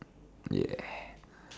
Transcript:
ya